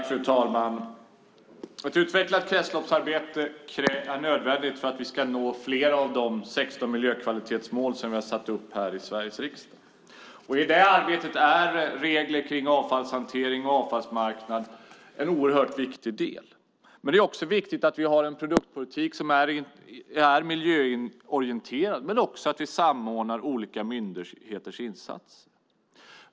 Fru talman! Ett utvecklat kretsloppsarbete är nödvändigt för att vi ska nå flera av de 16 miljökvalitetsmål som vi har satt upp här i Sveriges riksdag. I det arbetet är regler kring avfallshantering och avfallsmarknad en oerhört viktig del. Det är också viktigt att vi har en produktpolitik som är miljöorienterad, men vi måste också samordna olika myndigheters insatser.